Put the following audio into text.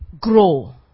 Grow